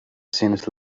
since